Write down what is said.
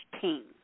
team